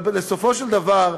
בסופו של דבר,